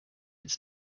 its